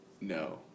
No